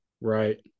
Right